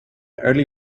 early